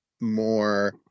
more